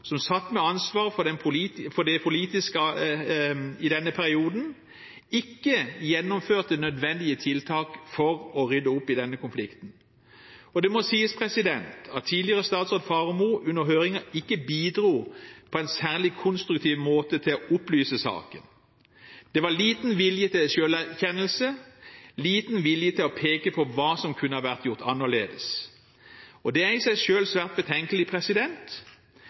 som satt med ansvaret for det politiske i denne perioden, ikke gjennomførte nødvendige tiltak for å rydde opp i denne konflikten. Det må sies at tidligere statsråd Faremo under høringen ikke bidro på en særlig konstruktiv måte til å opplyse saken. Det var liten vilje til selverkjennelse, liten vilje til å peke på hva som kunne ha vært gjort annerledes, og det er i seg selv svært betenkelig.–